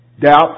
Doubt